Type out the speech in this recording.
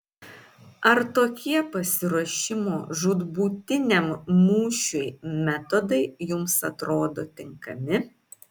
ar tokie pasiruošimo žūtbūtiniam mūšiui metodai jums atrodo tinkami